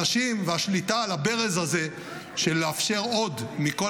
השליטה על הברז הזה של לאפשר עוד מכל